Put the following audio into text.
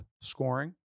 scoring